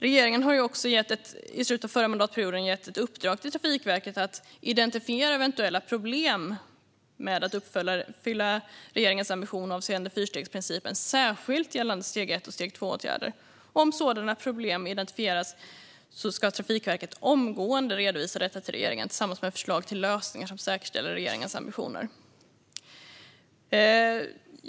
Regeringen gav också i slutet av förra mandatperioden ett uppdrag till Trafikverket att identifiera eventuella problem med att uppfylla regeringens ambition avseende fyrstegsprincipen, särskilt gällande steg 1 och steg 2-åtgärder. Om sådana problem identifieras ska Trafikverket omgående redovisa detta för regeringen tillsammans med förslag till lösningar som säkerställer regeringens ambitioner.